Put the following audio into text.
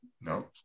No